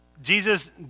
Jesus